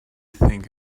think